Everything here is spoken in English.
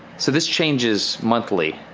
so this changes monthly,